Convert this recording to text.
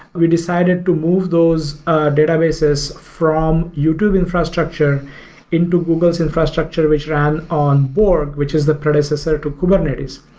we decided to move those databases from youtube infrastructure into google's infrastructure, which ran on borg, which is the predecessor to kubernetes.